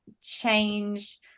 change